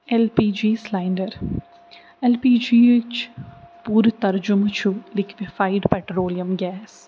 L P G cylinder L P G یِچ پوٗرٕ ترجمہٕ چھُ لِکوِفایِڈ پٮ۪ٹرولیم گیس